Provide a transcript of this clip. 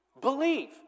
Believe